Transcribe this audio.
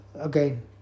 again